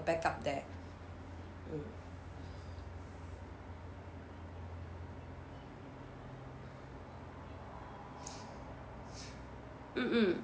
backup there mm mm mm